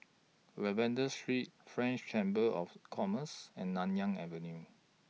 Lavender Street French Chamber of Commerce and Nanyang Avenue